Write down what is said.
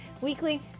Weekly